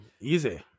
easy